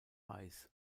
weiß